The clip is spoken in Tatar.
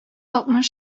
алтмыш